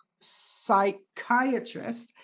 psychiatrist